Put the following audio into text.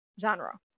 genre